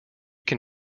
can